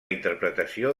interpretació